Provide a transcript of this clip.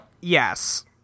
Yes